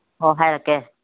ꯑꯣ ꯍꯥꯏꯔꯛꯀꯦ